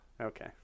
Okay